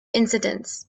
incidents